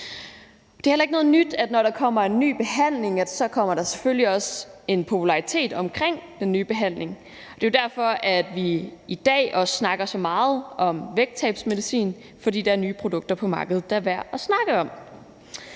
Det er heller ikke noget nyt, at når der kommer en ny behandling, kommer der selvfølgelig også en popularitet omkring den nye behandling. Det er derfor, at vi i dag også snakker så meget om vægttabsmedicin, altså fordi der er nye produkter på markedet, der er værd at snakke om.